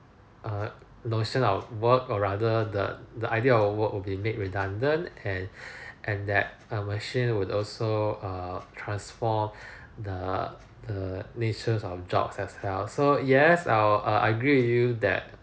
err notion of work or rather the the idea of work would be made redundant and and that a machine would also err transform the the natures of jobs as well so yes I will uh agree with you that